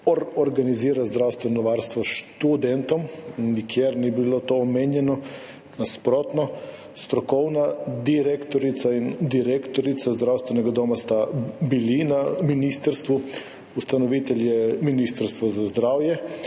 organizira zdravstveno varstvo študentom. Nikjer ni bilo to omenjeno. Nasprotno. Strokovna direktorica in direktorica zdravstvenega doma sta bili na ministrstvu, ustanovitelj je Ministrstva za zdravje.